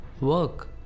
work